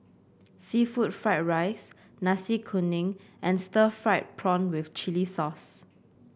seafood Fried Rice Nasi Kuning and Stir Fried Prawn with Chili Sauce